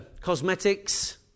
cosmetics